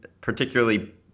particularly